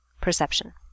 perception